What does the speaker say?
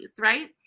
right